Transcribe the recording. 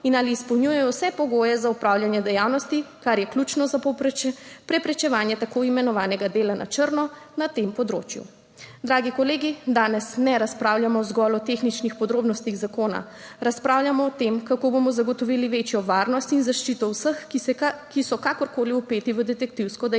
in ali izpolnjujejo vse pogoje za opravljanje dejavnosti, kar je ključno za preprečevanje tako imenovanega dela na črno na tem področju. Dragi kolegi, danes ne razpravljamo zgolj o tehničnih podrobnostih zakona. Razpravljamo o tem, kako bomo zagotovili večjo varnost in zaščito vseh, ki so kakorkoli vpeti v detektivsko dejavnost,